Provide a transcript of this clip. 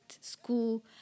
school